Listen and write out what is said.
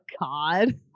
God